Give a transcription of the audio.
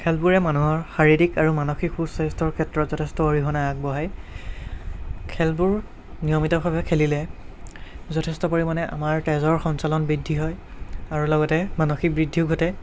খেলবোৰে মানুহৰ শাৰিৰীক আৰু মানসিক সুস্বাস্থ্যৰ ক্ষেত্ৰত যথেষ্ট অৰিহণা আগবঢ়াই খেলবোৰ নিয়মিতভাৱে খেলিলে যথেষ্ট পৰিমাণে আমাৰ তেজৰ সঞ্চালন বৃদ্ধি হয় আৰু লগতে মানসিক বৃদ্ধিও ঘটে